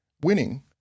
Winning